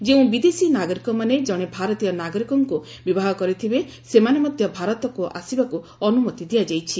ଯେଉଁ ବିଦେଶୀ ନାଗରିକମାନେ ଜଣେ ଭାରତୀୟ ନାଗରିକଙ୍କୁ ବିବାହ କରିଥିବେ ସେମାନେ ମଧ୍ୟ ଭାରତକୁ ଆସିବାକୁ ଅନୁମତି ଦିଆଯାଇଛି